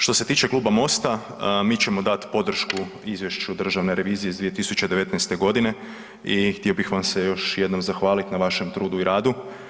Što se tiče kluba Mosta mi ćemo dati podršku izvješću Državne revizije iz 2019. godine i htio bih vam se još jednom zahvaliti na vašem trudu i radu.